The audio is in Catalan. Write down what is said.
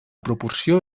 proporció